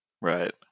Right